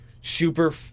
super